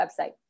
website